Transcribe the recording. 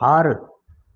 ஆறு